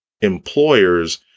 employer's